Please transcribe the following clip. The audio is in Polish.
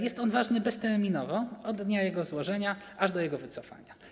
Jest on ważny bezterminowo od dnia jego złożenia aż do jego wycofania.